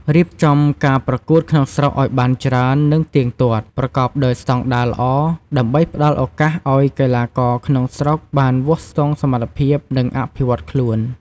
រៀបចំការប្រកួតក្នុងស្រុកឱ្យបានច្រើននិងទៀងទាត់ ប្រកបដោយស្តង់ដារល្អ ដើម្បីផ្តល់ឱកាសឱ្យកីឡាករក្នុងស្រុកបានវាស់ស្ទង់សមត្ថភាព និងអភិវឌ្ឍខ្លួន។